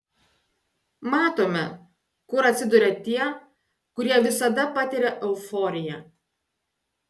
matome kur atsiduria tie kurie visada patiria euforiją